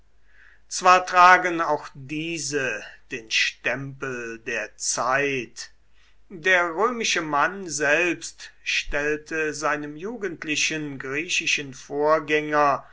zwar tragen auch diese den stempel der zeit der römische mann selbst stellte seinem jugendlichen griechischen vorgänger